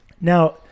Now